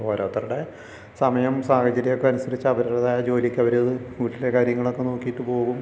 ഓരോരുത്തരുടെ സമയം സാഹചര്യം ഒക്കെ അനുസരിച്ച് അവരുടേതായ ജോലിക്കവർ വീട്ടിലെ കാര്യങ്ങളൊക്കെ നോക്കിയിട്ട് പോകും